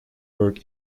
work